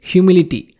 Humility